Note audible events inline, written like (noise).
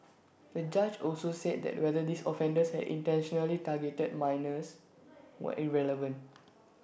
(noise) the judge also said that whether these offenders had intentionally targeted minors was irrelevant